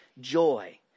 joy